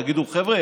תגידו: חבר'ה,